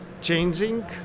changing